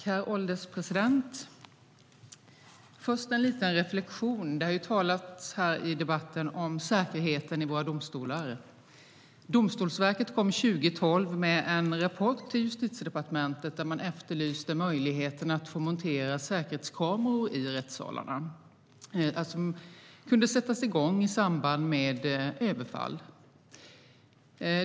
Herr ålderspresident! Först en liten reflexion: Det har talats här i debatten om säkerheten i våra domstolar. Domstolsverket kom 2012 med en rapport till Justitiedepartementet, där man efterlyste möjligheten att montera säkerhetskameror i rättssalarna som kunde sättas igång i samband med överfall.